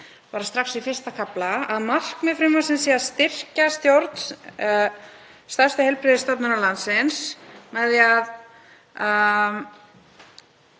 strax í 1. kafla, að markmið frumvarpsins sé að styrkja stjórn stærstu heilbrigðisstofnunar landsins með